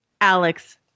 Alex